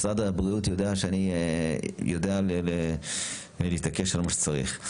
משרד הבריאות יודע שאני יודע להתעקש על מה שצריך.